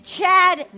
Chad